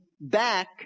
back